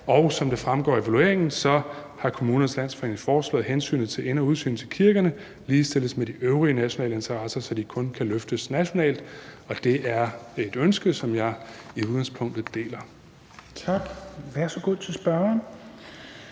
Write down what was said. Som det fremgår af evalueringen, har Kommunernes Landsforening foreslået, at hensynet til indsyn til og udsyn fra kirkerne ligestilles med de øvrige nationale interesser, så det kun kan løftes nationalt. Og det er et ønske, som jeg i udgangspunktet deler. Kl. 13:48 Fjerde